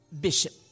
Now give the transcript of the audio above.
bishop